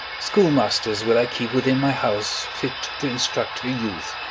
schoolmasters will i keep within my house fit to instruct her youth.